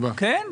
כן.